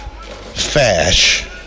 Fash